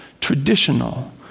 traditional